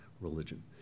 religion